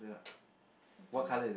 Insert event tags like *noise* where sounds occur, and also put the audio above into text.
*noise* sit down